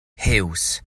huws